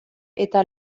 eta